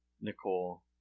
Nicole